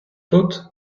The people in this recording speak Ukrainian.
тут